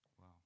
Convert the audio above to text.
wow